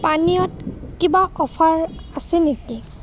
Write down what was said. পানীয়ত কিবা অ'ফাৰ আছে নেকি